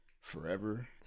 forever